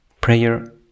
prayer